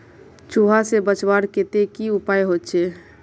चूहा से बचवार केते की उपाय होचे?